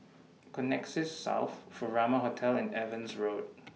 Connexis South Furama Hotel and Evans Road